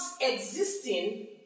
existing